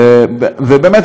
ובאמת,